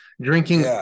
drinking